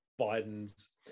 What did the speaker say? Biden's